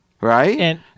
right